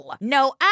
No